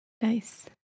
Nice